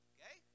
Okay